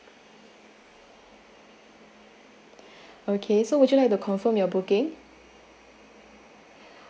okay so would you like to confirm your booking